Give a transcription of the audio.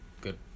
good